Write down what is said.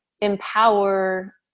empower